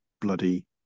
bloody